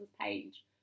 page